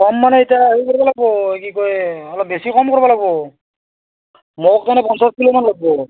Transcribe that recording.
কম মানে এতিয়া হেৰি কৰিব লাগিব এই কি কয় এই অলপ বেছি কম কৰিব লাগিব মোক মানে পঞ্চাছ কিলোমান লাগিব